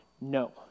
No